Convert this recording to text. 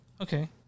Okay